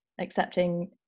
accepting